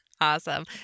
Awesome